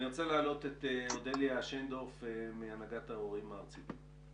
אני רוצה להעלות את אודליה שיינדורף מהנהגת ההורים הארצית.